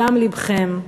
בדם לבכם,